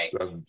Right